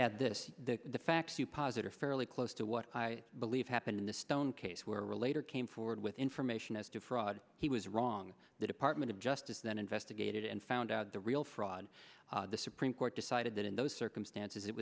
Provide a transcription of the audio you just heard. posit are fairly close to what i believe happened in the stone case where relator came forward with information as to fraud he was wrong the department of justice then investigated and found out the real fraud the supreme court decided that in those circumstances it